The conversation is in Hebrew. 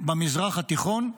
במזרח התיכון,